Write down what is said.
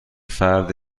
فرد